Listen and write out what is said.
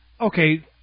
okay